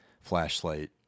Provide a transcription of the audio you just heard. flashlight